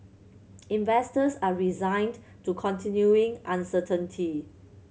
investors are resigned to continuing uncertainty